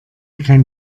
kein